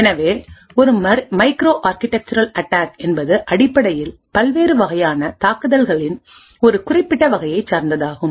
எனவே ஒரு micro architectural attack என்பது அடிப்படையில் பல்வேறு வகையான தாக்குதல்களின் ஒரு குறிப்பிட்ட வகையைச் சார்ந்ததாகும்